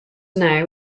now